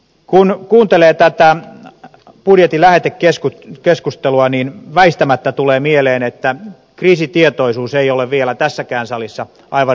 kun kuuntelee tätä budjetin lähetekeskustelua niin väistämättä tulee mieleen että kriisitietoisuus ei ole vielä tässäkään salissa aivan riittävällä tasolla